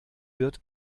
wird